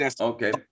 Okay